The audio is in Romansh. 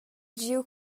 giu